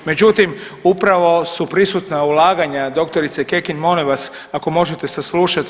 Međutim, upravo su prisutna ulaganja doktorice Kekin molim vas ako možete saslušati.